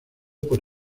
por